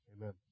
Amen